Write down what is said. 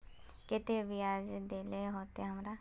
केते बियाज देल होते हमरा?